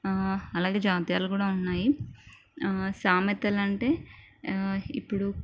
అలాగే జాతీయాలు కూడా ఉన్నాయి సామెతలు అంటే ఇప్పుడు